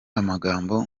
amagambo